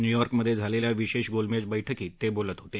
न्यूयॉर्कमधे झालेल्या विशेष गोलमेज बैठकीत ते बोलत होते